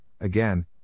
Again